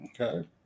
Okay